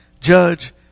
judge